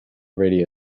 radio